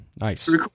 Nice